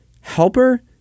helper